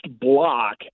Block